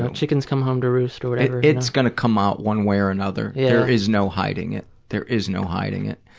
and chickens come home to roost, or whatever. it's going to come out one way or another. yeah there is no hiding it. there is no hiding it.